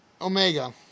Omega